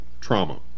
trauma